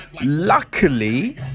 Luckily